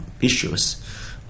issues